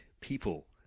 people